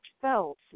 felt